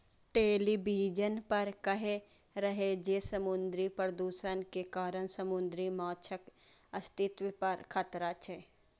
television पर कहै रहै जे समुद्री प्रदूषण के कारण समुद्री माछक अस्तित्व पर खतरा छै